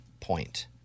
point